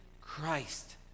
Christ